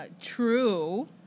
true